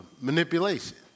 manipulation